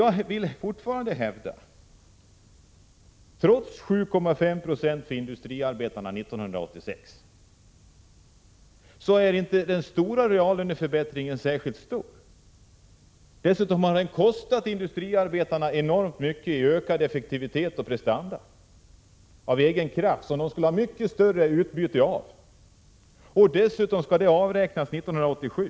Jag vill fortfarande hävda att reallöneförbättringen inte är särskilt stor, trots 7,5 26 till industriarbetarna år 1986. Dessutom har den kostat industriarbetarna enormt mycket i ökad effektivitet och prestanda av egen kraft, något som de skulle kunna ha mycket större utbyte av. Dessutom skall det avräknas 1987.